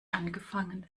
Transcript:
angefangen